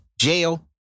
jail